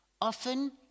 Often